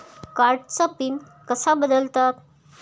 कार्डचा पिन कसा बदलतात?